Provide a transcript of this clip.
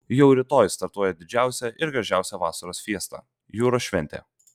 jau rytoj startuoja didžiausia ir gražiausia vasaros fiesta jūros šventė